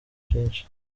byinshi